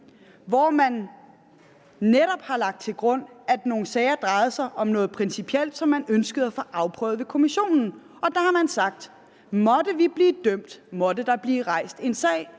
hvor man netop har lagt til grund, at det drejede sig om noget principielt, som man ønskede at få afprøvet ved Kommissionen. Og der har man sagt: Måtte vi blive dømt, måtte der blive rejst en sag,